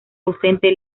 ausente